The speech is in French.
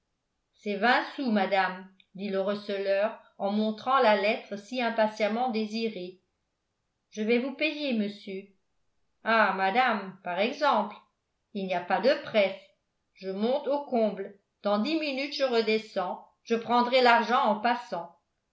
c'est vingt sous madame dit le receleur en montrant la lettre si impatiemment désirée je vais vous payer monsieur ah madame par exemple il n'y a pas de presse je monte aux combles dans dix minutes je redescends je prendrai l'argent en passant